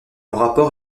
rapport